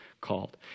called